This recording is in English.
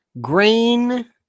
Grain